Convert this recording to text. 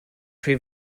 pre